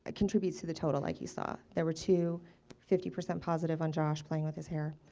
ah contributes to the total like you saw. there were two fifty percent positive on josh playing with his hair.